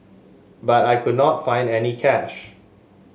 but I could not find any cash